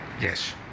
Yes